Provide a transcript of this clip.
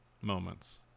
moments